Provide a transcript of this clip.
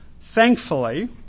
Thankfully